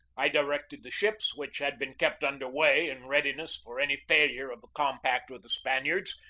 i directed the ships, which had been kept under way in readiness for any failure of the compact with the spaniards,